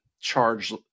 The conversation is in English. charge